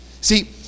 see